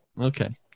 Okay